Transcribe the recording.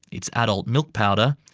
its adult milk powder,